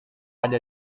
ada